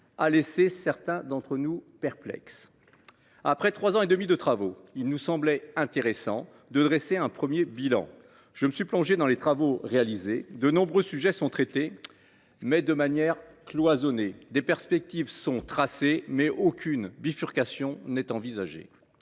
a laissé certains d’entre nous perplexes. Après trois ans et demi de travaux, il nous semblait intéressant de dresser un premier bilan. Je me suis plongé dans les travaux qui ont été réalisés : de nombreux sujets sont traités, mais de manière cloisonnée ; des perspectives sont tracées, mais aucune bifurcation n’est envisagée.